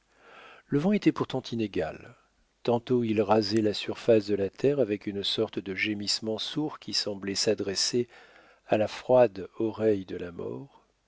le vent était pourtant inégal tantôt il rasait la surface de la terre avec une sorte de gémissement sourd qui semblait s'adresser à la froide oreille de la mort